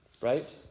right